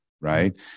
Right